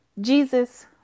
Jesus